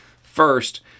First